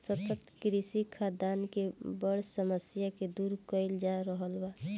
सतत कृषि खाद्यान के बड़ समस्या के दूर कइल जा रहल बा